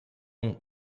nom